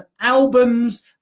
albums